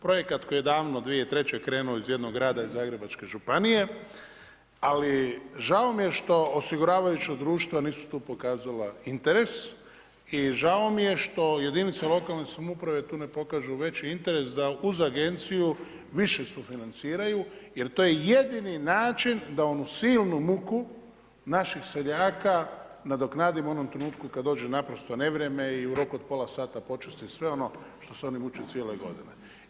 Projekat koji je davno 2003. krenuo iz jednog grada iz Zagrebačke županije, ali žao mi je što osiguravajuća društva nisu tu pokazala interes i žao mi je što jedinice lokalne samouprave tu ne pokažu veći interes da uz agenciju više sufinanciraju jer to je jedini način da onu silnu muku naših seljaka nadoknadimo u onom trenutku kad dođe naprosto nevrijeme i u roku od pola sata počisti sve ono što su se oni mučili cijele godine.